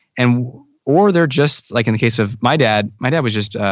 and or they're just, like in the case of my dad, my dad was just